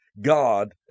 God